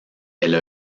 elle